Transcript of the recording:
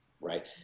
Right